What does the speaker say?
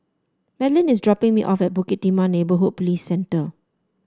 Madlyn is dropping me off at Bukit Timah Neighbourhood Police Centre